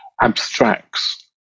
abstracts